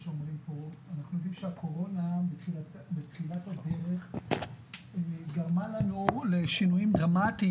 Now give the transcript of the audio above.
הקורונה בתחילת דרכה גרמה לנו לשינויים דרמטיים